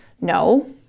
No